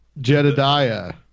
Jedediah